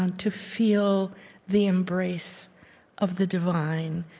and to feel the embrace of the divine,